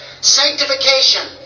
Sanctification